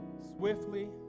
swiftly